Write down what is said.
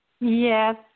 Yes